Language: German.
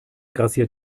grassiert